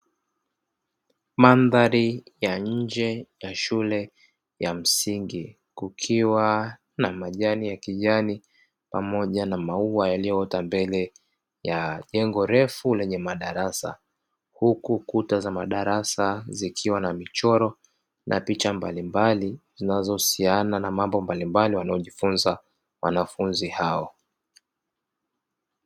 Mandhari ya nje ya shule ya msingi, kukiwa na majani ya kijani pamoja na mauwa yaliyoota mbele ya jengo refu lenye madarasa. Huku kuta za madarasa zikiwa na mchoro na picha mbalimbali zinazohusiana na mambo mbalimbali waliyojifunza wanafunzi hao.